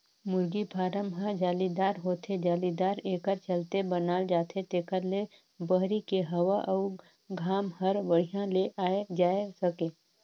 मुरगी फारम ह जालीदार होथे, जालीदार एकर चलते बनाल जाथे जेकर ले बहरी के हवा अउ घाम हर बड़िहा ले आये जाए सके